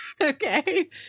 Okay